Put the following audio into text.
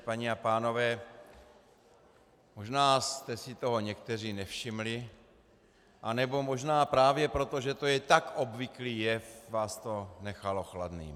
Paní a pánové, možná jste si toho někteří nevšimli, anebo možná právě proto, že to je tak obvyklý jev, vás to nechalo chladnými.